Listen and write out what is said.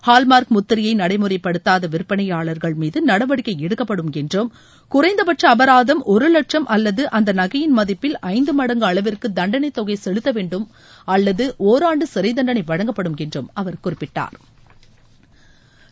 hallmark முத்திரையை நடைமுறைப்படுத்தாத விற்பனையாளர்கள் மீது நடவடிக்கை எடுக்கப்படும் என்றும் குறைந்தப்பட்ச அபராதம் ஒரு வட்சும் அல்லது அந்த நகையின் மதிப்பில் ஐந்து மடங்கு அளவிற்கு தண்டளை தொகை செலுத்த வேண்டும் அல்லது ஒராண்டு சிறை தண்டளை வழங்கப்படும் என்று அவர் குறிப்பிட்டாள்